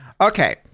Okay